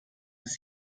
ist